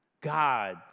God